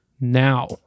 now